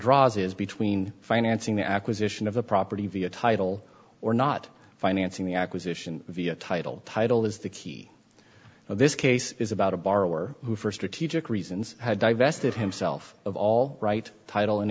draws is between financing the acquisition of a property via title or not financing the acquisition via title title is the key of this case is about a borrower who st to teach it reasons have divested himself of all right title an